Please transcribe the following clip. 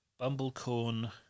Bumblecorn